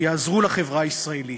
שיעזרו לחברה הישראלית,